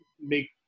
make